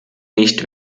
nicht